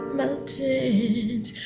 mountains